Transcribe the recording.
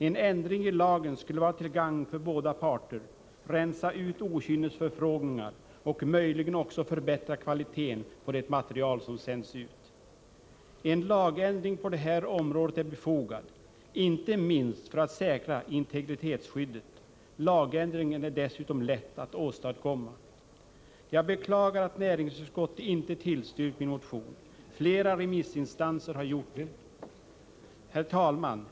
En ändring i lagen skulle vara till gagn för båda parter, rensa bort okynnesförfrågningar och möjligen också förbättra kvaliteten på det material som sänds ut. En lagändring på det här området är befogad, inte minst för att säkra integritetsskyddet. Lagändringen är dessutom lätt att åstadkomma. Jag beklagar att näringsutskottet inte tillstyrkt min motion. Flera remissinstanser har gjort det. Herr talman!